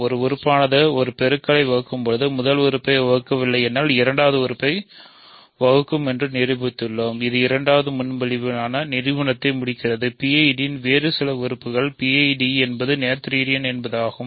ஒரு உறுப்பானது ஒரு பெருக்கலை வகுக்கும்போது முதல் உறுப்பை வகுக்க வில்லை எனில் இரண்டாவது உறுப்பை வகுக்கும் என்பதை நிரூபித்துள்ளேன் இது இரண்டாவது முன்மொழிவுக்கான நிரூபனத்தை முடிக்கிறது PID களின் வேறு சில பண்புகள் ஒரு PID என்பது நொதீரியன் என்பதாகும்